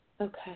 Okay